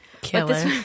Killer